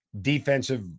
defensive